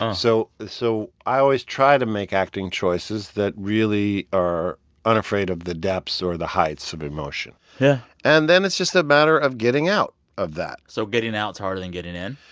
um so so i always try to make acting choices that really are unafraid of the depths or the heights of emotion. yeah and then it's just a matter of getting out of that so getting out's harder than getting in?